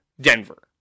Denver